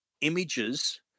images